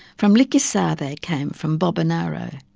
from liquica but they came, from bobonaro,